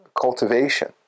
cultivation